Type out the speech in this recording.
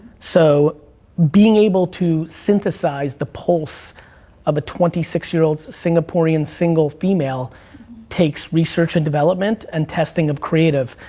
so being able to synthesize the pulse of a twenty six year old singaporean single female takes research and development, and testing of creative.